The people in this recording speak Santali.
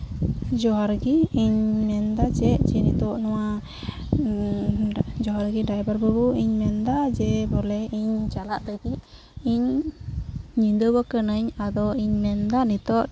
ᱡᱚᱦᱟᱨ ᱜᱮ ᱤᱧ ᱢᱮᱱᱫᱟ ᱪᱮᱫ ᱱᱚᱣᱟ ᱡᱚᱦᱟᱨ ᱜᱮ ᱰᱟᱭᱵᱷᱟᱨ ᱵᱟᱹᱵᱩ ᱤᱧ ᱢᱮᱱᱫᱟ ᱡᱮ ᱵᱚᱞᱮ ᱤᱧ ᱪᱟᱞᱟᱜ ᱞᱟᱹᱜᱤᱫ ᱤᱧ ᱧᱤᱫᱟᱹ ᱟᱠᱟᱱᱟᱹᱧ ᱟᱫᱚ ᱤᱧ ᱢᱮᱱᱫᱟ ᱱᱤᱛᱚᱜ